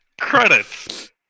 credits